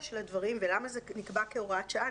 של הדברים ולמה זה נקבע כהוראת שעה.